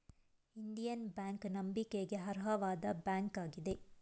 Indian Bank ನಂಬಿಕೆಗೆ ಅರ್ಹವಾದ bank ಆಗಿದೆ